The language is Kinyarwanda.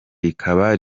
rikaba